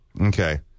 Okay